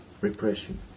repression